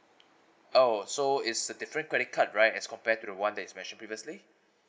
oh so it's a different credit card right as compared to the [one] that is mentioned previously